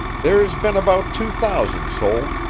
there's been about two thousand sold.